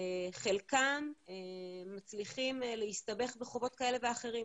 חלקם מצליחים להסתבך בחובות כאלה ואחרים,